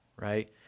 right